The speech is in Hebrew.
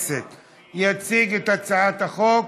יציג את הצעת החוק